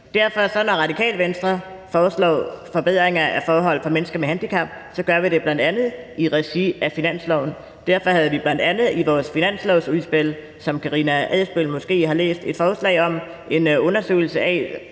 at når Radikale Venstre foreslår forbedringer af forhold for mennesker med handicap, gør vi det bl.a. i regi af finansloven. Derfor havde vi bl.a. i vores finanslovsudspil, som Karina Adsbøl måske har læst, et forslag om en undersøgelse af,